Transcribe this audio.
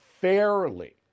fairly